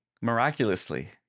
miraculously